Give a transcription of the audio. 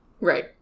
Right